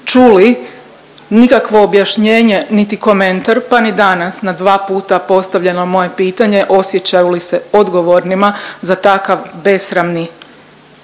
čuli nikakvo objašnjenje niti komentar pa ni danas na dva puta postavljeno moje pitanje, osjećaju li se odgovornima za takav besramni